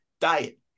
diet